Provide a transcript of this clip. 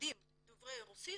מיוחדים של דוברי רוסית